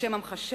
לשם המחשה,